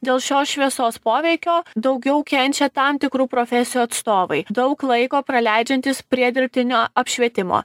dėl šios šviesos poveikio daugiau kenčia tam tikrų profesijų atstovai daug laiko praleidžiantys prie dirbtinio apšvietimo